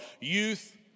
youth